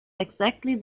exactly